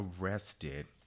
arrested